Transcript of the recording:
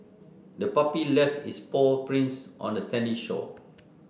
the puppy left its paw prints on the sandy shore